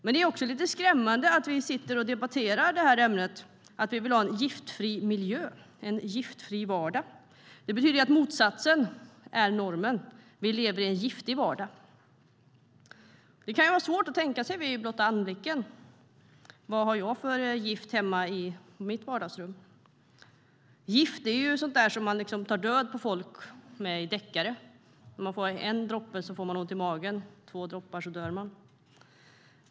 Men det är också lite skrämmande att vi debatterar det här ämnet: att vi vill ha en giftfri miljö och en giftfri vardag. Det betyder att motsatsen är normen. Vi lever i en giftig vardag. Det kan vara svårt att tänka sig vid blotta anblicken. Vad har jag för gift hemma i mitt vardagsrum? Gift är ju sådant som man tar död på folk med i deckare. Får man en droppe får man ont i magen. Får man två droppar dör man.